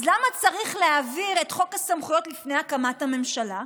אז למה צריך להעביר את חוק הסמכויות לפני הקמת הממשלה?